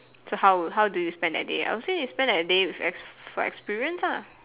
so how how do you spend that day I would say you spend that day with for experience lah